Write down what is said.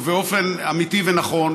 ובאופן אמיתי ונכון,